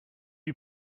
you